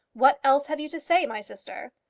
what else have you to say, my sister?